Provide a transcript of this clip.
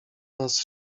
nas